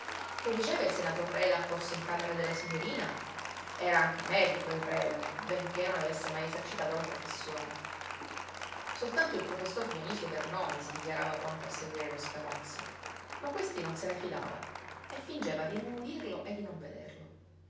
che diceva il senator reda accorso in camera della signorina era anche medico il reda benché non avesse mai esercitato la professione soltanto il professor dionisio vernoni si dichiarava pronto a seguire lo scamozzi ma questi non se ne fidava e fingeva di non udirlo e di non vederlo